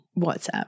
WhatsApp